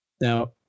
Now